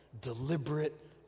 deliberate